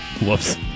Whoops